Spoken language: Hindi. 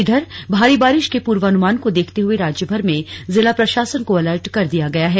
इधर भारी बारिश के पूर्वानुमान को देखते हुए राज्यभर में जिला प्रशासन को अलर्ट कर दिया गया है